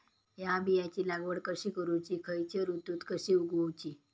हया बियाची लागवड कशी करूची खैयच्य ऋतुत कशी उगउची?